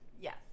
Yes